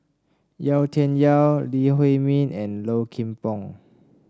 Yau Tian Yau Lee Huei Min and Low Kim Pong